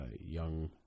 young